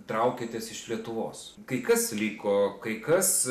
traukėtės iš lietuvos kai kas liko kai kas